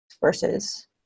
versus